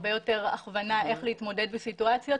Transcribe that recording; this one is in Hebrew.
הרבה יותר הכוונה איך להתמודד עם סיטואציות,